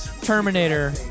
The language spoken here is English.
Terminator